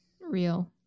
real